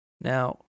Now